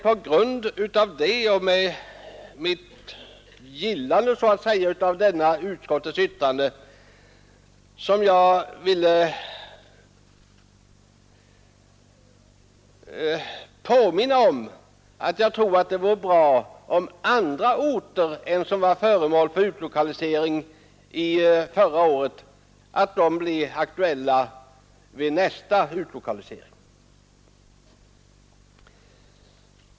Eftersom jag försäkrar att jag gillar detta utskottets uttalande, vill jag säga att jag tror det vore bra om andra orter än de som var föremål för utlokalisering förra året kunde bli aktuella vid nästa utlokalisering.